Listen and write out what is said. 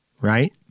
right